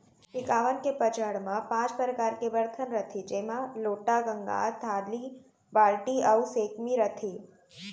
टिकावन के पंचहड़ म पॉंच परकार के बरतन रथे जेमा लोटा, गंगार, थारी, बाल्टी अउ सैकमी रथे